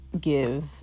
give